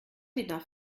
enough